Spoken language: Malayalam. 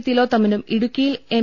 തിലോത്തമനും ഇടുക്കി യിൽ എം